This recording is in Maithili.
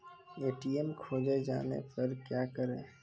ए.टी.एम खोजे जाने पर क्या करें?